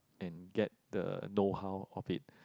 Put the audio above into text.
and get the know how of it